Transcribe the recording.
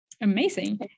Amazing